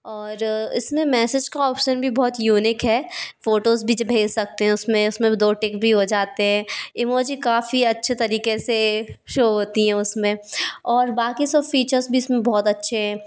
और इस में मैसेज का ऑप्शन भी बहुत यूनिक है फ़ोटोज़ भी भेज भेज सकते हैं उस में उस में भी दो टिक भी हो जाते है ईमोजी काफ़ी अच्छे तरीक़े से शो होती है उस में और बाक़ी सब फीचर्स भी इस में बहुत अच्छे हैं